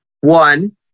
One